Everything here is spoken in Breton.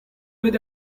bet